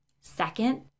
Second